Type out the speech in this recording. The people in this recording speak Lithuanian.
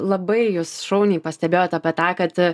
labai jūs šauniai pastebėjot apie tą kad